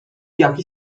jaki